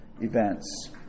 events